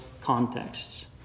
contexts